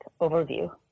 overview